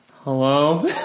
hello